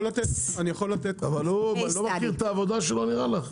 הוא לא מכיר את העבודה שלו נראה לך?